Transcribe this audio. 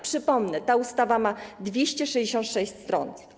Przypomnę, ta ustawa ma 266 stron.